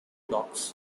dogs